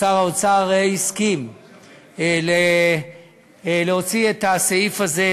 שהסכים להוציא את הסעיף הזה,